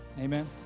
Amen